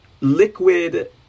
liquid